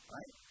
Right